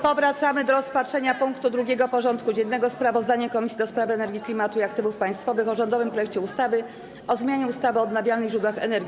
Powracamy do rozpatrzenia punktu 2. porządku dziennego: Sprawozdanie Komisji do Spraw Energii, Klimatu i Aktywów Państwowych o rządowym projekcie ustawy o zmianie ustawy o odnawialnych źródłach energii.